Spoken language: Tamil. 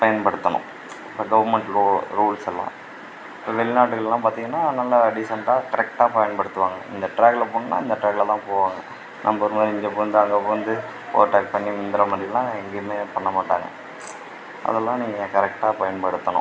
பயன்படுத்தணும் இப்போ கவர்மெண்ட் லோ ரூல்ஸ் எல்லாம் இப்போ வெளிநாட்டுக்களெல்லாம் பார்த்தீங்கன்னா நல்லா டீசெண்டாக கரெக்டாக பயன்படுத்துவாங்க இந்த ட்ராக்கில் போனின்னா அந்த ட்ராக்கில் தான் போவாங்க நம்ப ஊர் மாதிரி இங்கே பூந்து அங்கே பூந்து ஓவர் டேக் பண்ணி முந்துகிற மாதிரிலாம் எங்கேயுமே பண்ண மாட்டாங்க அதெல்லாம் நீங்கள் கரெக்டாக பயன்படுத்தணும்